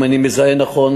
אם אני מזהה נכון,